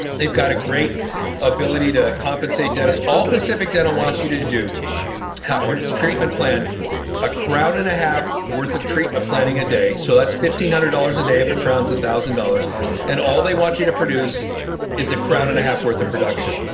they've got a great ability to compensate dentists all pacific dental wants you to do howard, is treatment plan a crown and a half worth of treatment planning a day. so that's fifteen hundred dollars a day if a crowns a thousand dollars and all they want you to produce is a crown and a half worth of production.